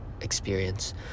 experience